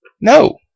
No